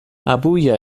abuja